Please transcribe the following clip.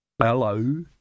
Hello